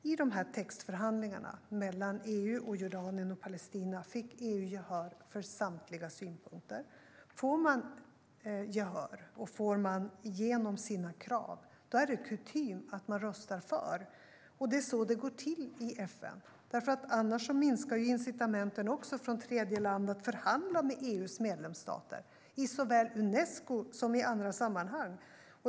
I textförhandlingarna mellan EU, Jordanien och Palestina fick EU gehör för samtliga synpunkter. Får man gehör och får igenom sina krav är det kutym att man röstar för. Det är så det går till i FN, för annars minskar incitamenten från tredjeland att förhandla med EU:s medlemsstater såväl i Unesco som i andra sammanhang.